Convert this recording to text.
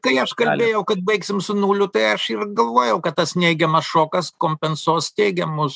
tai aš galėjau kad baigsim su nuliu tai aš ir galvojau kad tas neigiamas šokas kompensuos teigiamus